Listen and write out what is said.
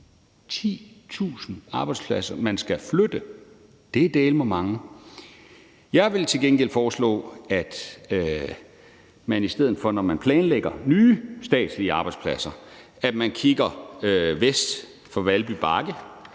10.000 – arbejdspladser, man skal flytte. Det er dælme mange. Jeg vil til gengæld foreslå, at man i stedet for, når man planlægger nye statslige arbejdspladser, kigger vest for Valby Bakke,